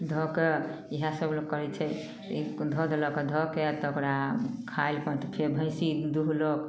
धऽ कऽ इहए सब लोक करैत छै ई धऽ देलक तऽ धऽ के तऽ ओकरा खाएके फेर भैंसी दुहलक